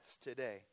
today